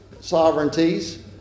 sovereignties